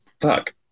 fuck